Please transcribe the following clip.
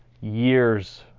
years